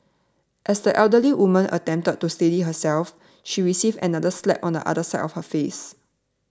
as the elderly woman attempted to steady herself she received another slap on the other side of her face